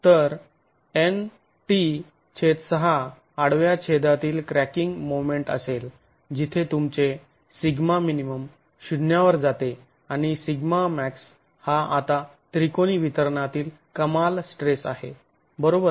तर Nt6 आडव्या छेदातील क्रॅकिंग मोमेंट असेल जिथे तुमचे σmin शून्यावर जाते आणि σmax हा आता त्रिकोणी वितरणातील कमाल स्ट्रेस आहे बरोबर